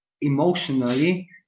emotionally